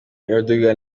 erdogan